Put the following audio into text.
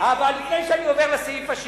אבל לפני שאני עובר לסעיף השני,